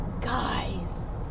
Guys